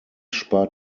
spart